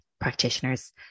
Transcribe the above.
practitioners